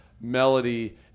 melody